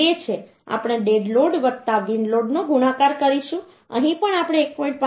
2 છે આપણે dead load wind લોડનો ગુણાકાર કરીશું અહીં પણ આપણે 1